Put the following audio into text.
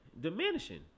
diminishing